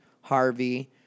Harvey